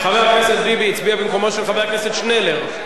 חבר הכנסת ביבי הצביע במקומו של חבר הכנסת שנלר.